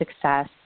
success